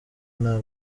nta